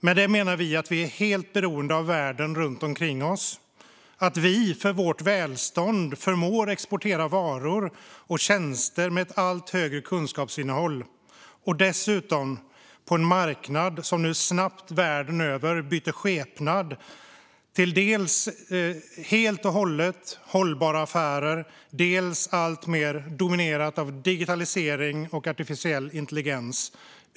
Med det menar vi att vi är helt beroende av världen runt omkring oss och att vi för vårt välstånd förmår att exportera varor och tjänster med ett allt högre kunskapsinnehåll - dessutom på en marknad som nu snabbt världen över byter skepnad till dels helt och hållet hållbara affärer, dels att bli alltmer dominerad av digitalisering och artificiell intelligens.